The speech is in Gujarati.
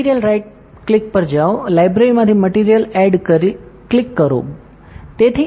મટિરિયલ રાઇટ ક્લિક પર જાઓ લાઇબ્રેરીમાંથી મટિરિયલ એડ કરો ક્લિક કરો બરાબર